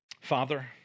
Father